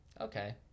Okay